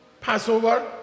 passover